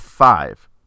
Five